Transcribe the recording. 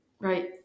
right